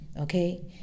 okay